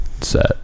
set